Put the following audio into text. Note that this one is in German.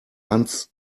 hans